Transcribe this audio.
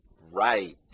Right